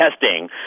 testing